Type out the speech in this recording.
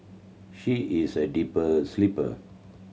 she is a deeper sleeper